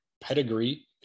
pedigree